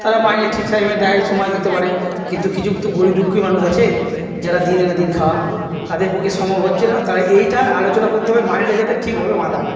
তারা মাইনে ঠিক টাইমে দেয় সময়ে দিতে পারে কিন্তু কিছু তো গরীব দুঃখী মানুষ আছে যারা দিন আনা দিন খাওয়া তাদের পক্ষে সম্ভব হচ্ছে না তারা এইটা আলোচনা করতে হবে মাইনেটা যাতে ঠিকভাবে বাঁধা হয়